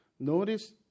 Notice